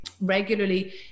regularly